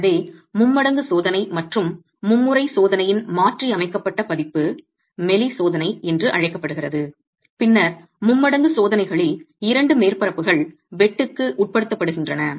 எனவே மும்மடங்கு சோதனை மற்றும் மும்முறை சோதனையின் மாற்றியமைக்கப்பட்ட பதிப்பு மெலி சோதனை என்று அழைக்கப்படுகிறது பின்னர் மும்மடங்கு சோதனைகளில் 2 மேற்பரப்புகள் வெட்டுக்கு உட்படுத்தப்படுகின்றன